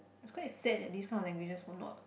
it's quite sad that this kind of languages will not